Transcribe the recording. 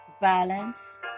balance